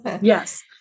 Yes